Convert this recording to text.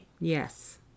Yes